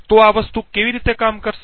તો આ વસ્તુ કેમ કામ કરશે